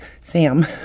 Sam